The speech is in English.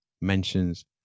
mentions